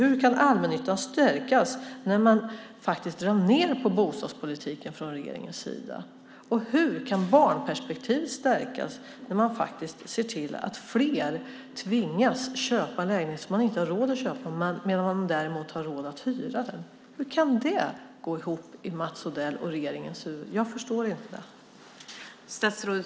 Hur kan allmännyttan stärkas när man faktiskt drar ned på bostadspolitiken från regeringens sida? Och hur kan barnperspektivet stärkas när man faktiskt ser till att fler tvingas köpa lägenheter som de inte har råd att köpa medan de däremot har råd att hyra dem? Hur kan det gå ihop i Mats Odells och regeringens huvud? Jag förstår inte det.